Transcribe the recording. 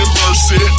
mercy